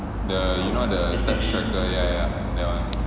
the you know the the ya ya ya that [one]